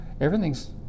Everything's